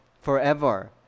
forever